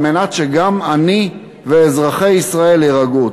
כדי שגם אני, ואזרחי ישראל יירגעו.